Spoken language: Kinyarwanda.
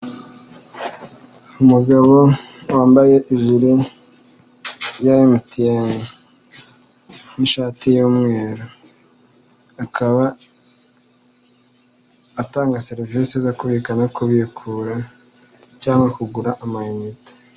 Umugabo wambaye ijire ya MTN n'ishati y'umweru, akaba atanga serivisi zo kubika no kubikura cyangwa kugura amayinite.